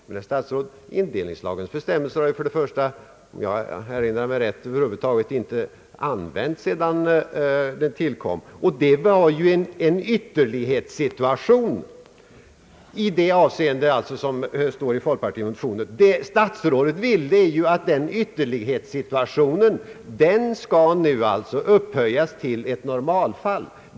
Men, herr statsråd, indelningslagens bestämmelser i detta avseende har, om jag erinrar mig rätt, över huvud taget inte använts sedan lagen tillkom. Det gäller ju en ytterlighetssituation. Statsrådets vilja är att den ytterlighetssituationen nu skall upphöjas till normalfall.